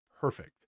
perfect